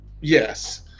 Yes